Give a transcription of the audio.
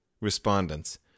respondents